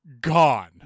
gone